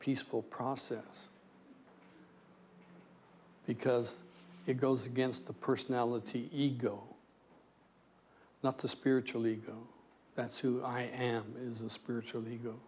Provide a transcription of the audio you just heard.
peaceful process because it goes against the personality ego not the spiritual ego that's who i am is the spiritual ego